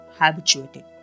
habituated